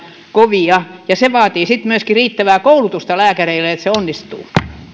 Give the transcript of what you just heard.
kovia se vaatii sitten myöskin riittävää koulutusta lääkäreille että se onnistuu